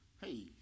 Hey